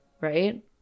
Right